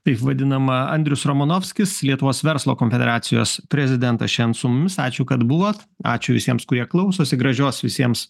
taip vadinama andrius romanovskis lietuvos verslo konfederacijos prezidentas šiandien su mumis ačiū kad buvot ačiū visiems kurie klausosi gražios visiems